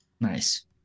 nice